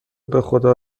بخدا